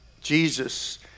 Jesus